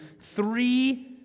three